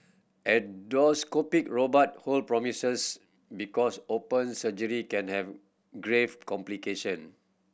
endoscopic robot hold promises because open surgery can have grave complication